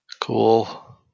Cool